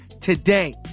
today